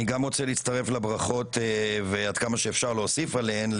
אני גם רוצה להצטרף לברכות ועד כמה שאפשר להוסיף עליהן,